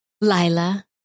lila